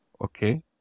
Okay